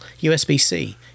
USB-C